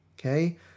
okay